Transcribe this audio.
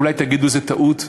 אולי תגידו שזו טעות: